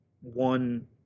One